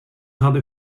hade